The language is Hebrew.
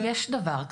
אנחנו הולכים לעשות